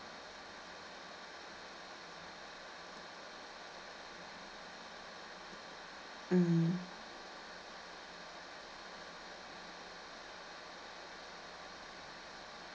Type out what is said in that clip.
mm